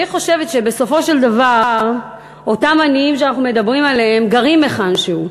אני חושבת שבסופו של דבר אותם עניים שאנחנו מדברים עליהם גרים היכנשהו.